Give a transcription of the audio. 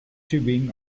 tubing